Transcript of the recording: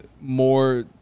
more –